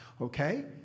Okay